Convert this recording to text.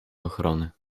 ochrony